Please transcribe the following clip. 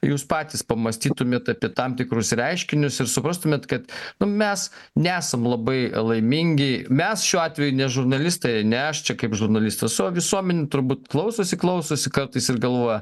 jūs patys pamąstytumėt apie tam tikrus reiškinius ir suprastumėt kad mes nesam labai laimingi mes šiuo atveju ne žurnalistai ne aš čia kaip žurnalistas o visuomenė turbūt klausosi klausosi kartais ir galvoja